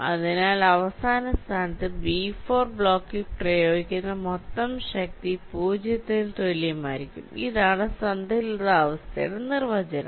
അതിനാൽ അവസാന സ്ഥാനത്ത് B4 ബ്ലോക്കിൽ പ്രയോഗിക്കുന്ന മൊത്തം ശക്തി 0 ന് തുല്യമായിരിക്കും ഇതാണ് സന്തുലിതാവസ്ഥയുടെ നിർവചനം